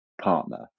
partner